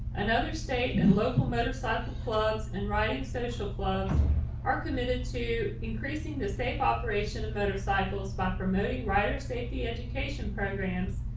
and other state and local motorcycle clubs and riding social clubs are committed to increasing the safe operation of motorcycles by promoting rider safety education programs.